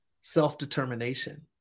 self-determination